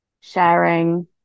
sharing